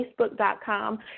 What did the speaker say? facebook.com